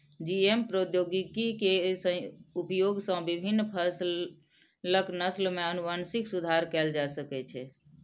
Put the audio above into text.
GM प्रौद्योगिकी के उपयोग सं विभिन्न फसलक नस्ल मे आनुवंशिक सुधार कैल जा सकै छै